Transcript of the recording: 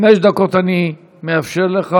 אוקיי, חמש דקות אני מאפשר לך.